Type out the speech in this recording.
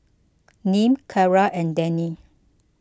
Nim Cara and Denny